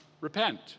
repent